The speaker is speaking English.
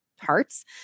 hearts